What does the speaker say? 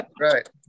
right